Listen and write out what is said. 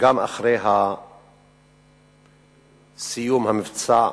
גם אחרי סיום המבצע,